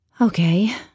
Okay